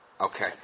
Okay